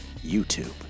YouTube